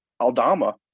Aldama